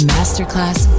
Masterclass